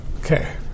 Okay